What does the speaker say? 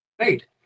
Right